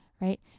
right